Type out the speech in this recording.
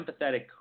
empathetic